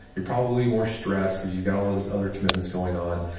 you're probably more stressed because you've got all those other commitments going on,